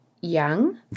young